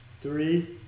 Three